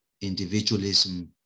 individualism